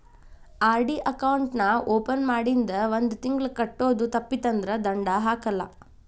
RD account ನಾ open ಮಾಡಿಂದ ಒಂದ್ ತಿಂಗಳ ಕಟ್ಟೋದು ತಪ್ಪಿತಂದ್ರ ದಂಡಾ ಹಾಕಲ್ಲ